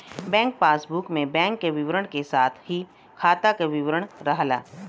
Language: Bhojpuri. बैंक पासबुक में बैंक क विवरण क साथ ही खाता क भी विवरण रहला